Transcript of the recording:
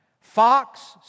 Fox